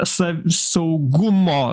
sa saugumo